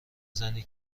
زنی